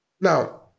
now